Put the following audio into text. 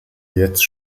jetzt